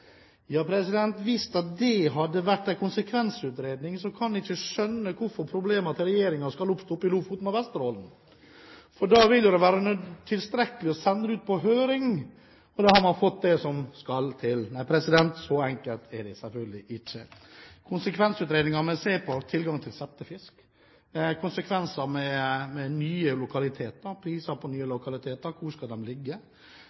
Ja, hvis dét hadde vært en konsekvensutredning, kan jeg ikke skjønne hvorfor regjeringens problemer skal oppstå i Lofoten og Vesterålen, for da ville det ha vært tilstrekkelig å sende det ut på høring, og da hadde man fått det som skal til. Nei, så enkelt er det selvfølgelig ikke. I en konsekvensutredning vil man se på tilgang til settefisk, konsekvenser med nye lokaliteter, priser på nye lokaliteter og hvor de skal ligge,